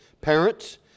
Parents